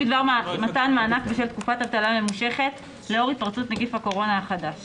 תקופת אבטלה ממושכת לאור התפרצות נגיף הקורונה החדש